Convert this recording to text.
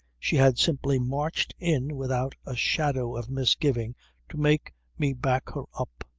she had simply marched in without a shadow of misgiving to make me back her up.